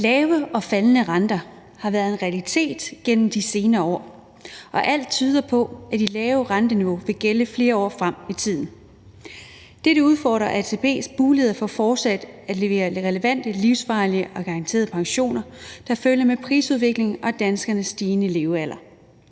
Lave og faldende renter har været en realitet igennem de senere år, og alt tyder på, at det lave renteniveau vil gælde flere år frem i tiden. Dette udfordrer ATP's mulighed for fortsat at levere relevante livsvarige og garanterede pensioner, der følger med prisudviklingen og danskernes stigende levealder.